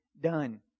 done